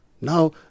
Now